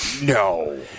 No